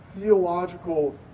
theological